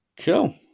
Cool